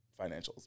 financials